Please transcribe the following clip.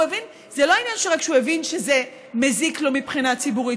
זה לא רק שהוא הבין שזה מזיק לו מבחינה ציבורית.